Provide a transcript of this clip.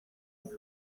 ubu